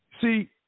See